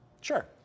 Sure